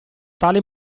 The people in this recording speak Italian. tale